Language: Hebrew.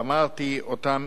ואמרתי: לשם